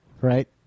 right